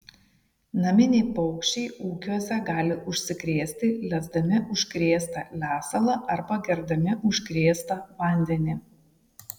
naminiai paukščiai ūkiuose gali užsikrėsti lesdami užkrėstą lesalą arba gerdami užkrėstą vandenį